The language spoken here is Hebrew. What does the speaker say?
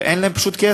ופשוט אין להם כסף.